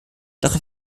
doch